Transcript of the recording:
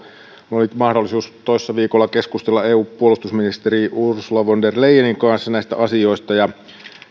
oli mahdollisuus toissa viikolla keskustella puolustusministeri ursula von der leyenin kanssa näistä asioista ja